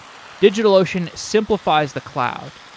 digitalocean simplifies the cloud.